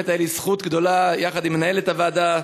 באמת הייתה לי זכות גדולה, יחד עם מנהלת הוועדה,